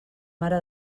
mare